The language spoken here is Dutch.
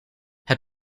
het